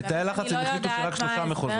בתאי לחץ הם החליטו שרק שלושה מחוזות.